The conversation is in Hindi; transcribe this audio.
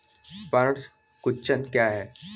पर्ण कुंचन क्या है?